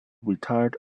retired